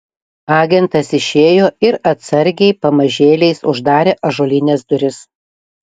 agentas išėjo ir atsargiai pamažėliais uždarė ąžuolines duris